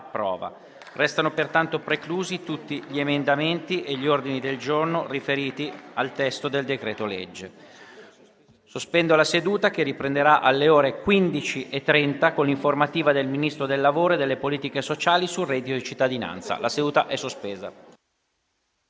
Risultano pertanto preclusi tutti gli emendamenti e gli ordini del giorno riferiti al testo del decreto-legge n. 75. Sospendo la seduta, che riprenderà alle ore 15,30 con l'informativa del Ministro del lavoro e delle politiche sociali sul reddito di cittadinanza. *(La seduta, sospesa